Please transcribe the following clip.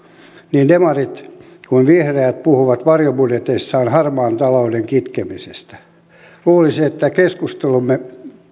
niin demarit kuin vihreät puhuvat varjobudjeteissaan harmaan talouden kitkemisestä luulisi että keskustelemme